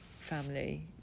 family